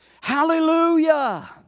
Hallelujah